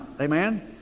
Amen